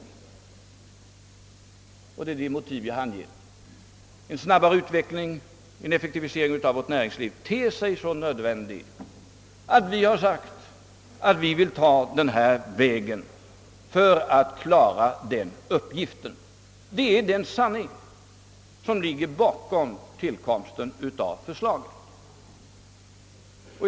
Dessa motiv har jag här angivit: en snabbare utveckling och en effektivisering av näringslivet. Vi anser detta så viktigt att vi har lagt fram förslaget till en näringspolitisk fond.